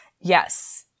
Yes